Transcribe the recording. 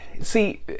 See